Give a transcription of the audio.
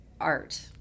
art